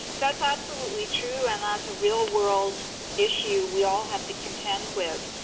that's absolutely true and that's a real world issue we all have to contend with.